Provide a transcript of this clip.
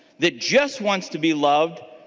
that just wants to be loved.